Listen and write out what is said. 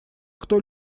кто